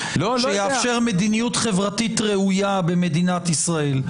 שיאפשר מדיניות חברתית ראויה במדינת ישראל.